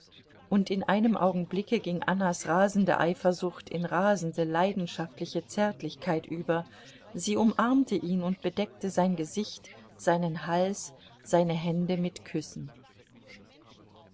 und in einem augenblicke ging annas rasende eifersucht in rasende leidenschaftliche zärtlichkeit über sie umarmte ihn und bedeckte sein gesicht seinen hals seine hände mit küssen